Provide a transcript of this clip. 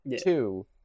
Two